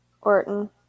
Orton